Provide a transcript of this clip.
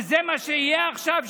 וזה מה שיהיה עכשיו,